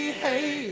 hey